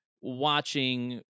watching